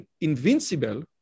Invincible